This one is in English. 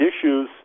issues